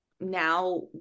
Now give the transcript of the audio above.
now